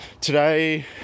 today